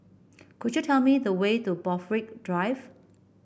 could you tell me the way to Borthwick Drive